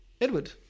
Edward